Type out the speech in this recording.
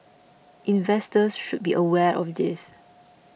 investors should be aware of this